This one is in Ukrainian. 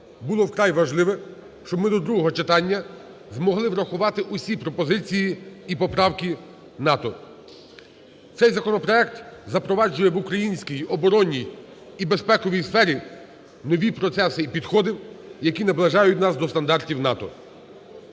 було вкрай важливо, щоб ми до другого читання змогли врахувати усі пропозиції і поправки НАТО. Цей законопроект запроваджує в українській оборонній і безпековій сфері нові процеси і підходи, які наближають нас до стандартів НАТО.